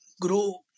grow